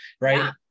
right